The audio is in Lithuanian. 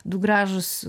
du gražūs